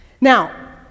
Now